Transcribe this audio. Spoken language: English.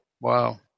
Wow